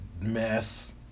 mess